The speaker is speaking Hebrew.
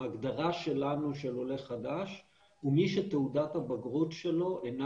ההגדרה שלנו של עולה חדש הוא מי שתעודת הבגרות שלו אינה